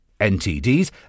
NTDs